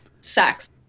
sex